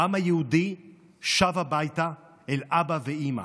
העם היהודי שב הביתה אל אבא ואימא.